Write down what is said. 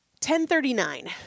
1039